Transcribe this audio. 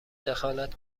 دخالت